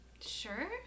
Sure